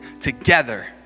together